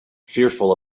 fearful